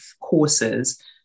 courses